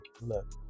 look